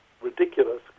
ridiculous